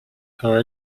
her